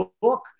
book